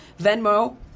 Venmo